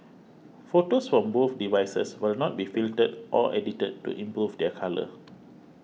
photos from both devices will not be filtered or edited to improve their colour